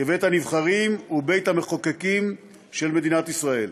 כבית-הנבחרים ובית-המחוקקים של מדינת ישראל.